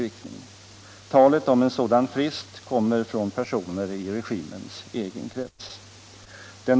Det kan ske på många sätt.